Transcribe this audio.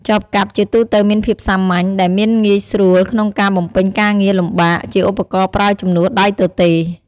ចបកាប់ជាទូទៅមានភាពសាមញ្ញ ដែលមានងាយស្រួលក្នុងការបំពេញការងារលំបាក ជាឧបករណ៍ប្រើជំនួសដៃទទេរ។